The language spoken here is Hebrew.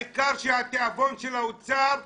העיקר שהתיאבון של האוצר פתוח,